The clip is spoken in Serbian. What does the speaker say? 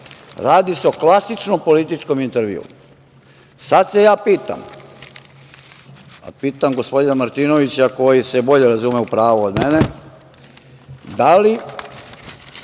Radi se o klasično političkom intervju. Sada se ja pitam, a pitam gospodina Martinovića, koji se bolje razume u pravo, od mene, da li